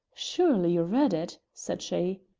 surely you read it? said she.